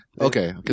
Okay